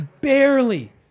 barely